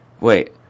wait